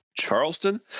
Charleston